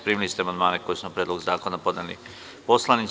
Primili ste amandmane koje su na Predlog zakona podneli poslanici.